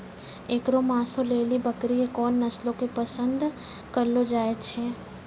एकरो मांसो लेली बकरी के कोन नस्लो के पसंद करलो जाय छै?